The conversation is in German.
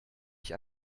ich